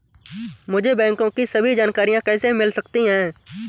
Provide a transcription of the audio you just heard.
मुझे बैंकों की सभी जानकारियाँ कैसे मिल सकती हैं?